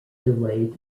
delayed